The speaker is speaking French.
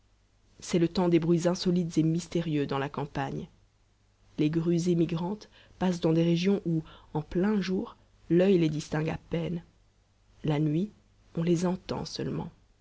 c'est le temps des bruits insolites et mystérieux dans la campagne les grues émigrantes passent dans des régions où en plein jour l'il les distingue à peine la nuit on les entend seulement